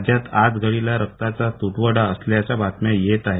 राज्यात आजघडीला रक्ताचा तुटवडा असल्याच्या बातम्या येत आहेत